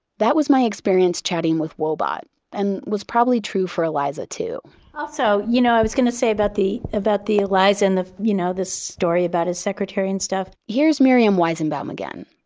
that was my experience chatting with woebot and was probably true for eliza too also, you know i was going to say about the about the eliza and the you know the story about his secretary and stuff, here's miriam weizenbaum again.